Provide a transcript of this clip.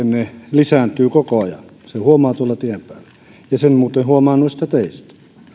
lisääntyy koko ajan sen huomaa tuolla tien päällä ja sen muuten huomaa noista teistä